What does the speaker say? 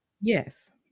Yes